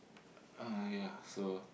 uh yea so